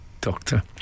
Doctor